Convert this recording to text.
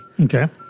Okay